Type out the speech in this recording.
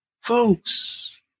Folks